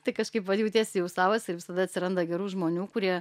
tai kažkaip va jautiesi jau savas ir visada atsiranda gerų žmonių kurie